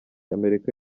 amerika